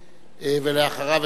ואחריו,